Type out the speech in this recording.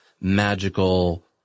magical